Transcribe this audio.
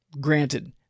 granted